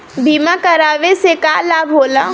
बीमा करावे से का लाभ होला?